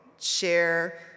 share